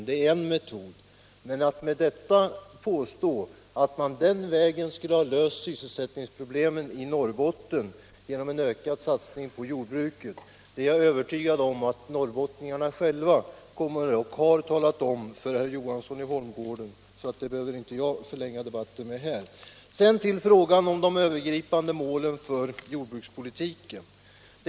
Det är en metod. Men det felaktiga i att påstå att sysselsättningsproblemen i Norrbotten skulle vara lösta genom en ökad satsning på jordbruket har säkert norrbottningarna själva framfört till herr Johansson i Holmgården, så detta behöver jag inte förlänga debatten med nu. Så till frågan om de övergripande målen för jordbrukspolitiken.